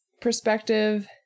perspective